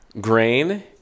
grain